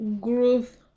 growth